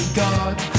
god